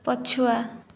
ପଛୁଆ